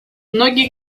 многие